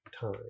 time